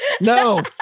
No